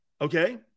Okay